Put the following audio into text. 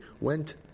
went